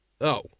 Oh